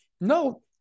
no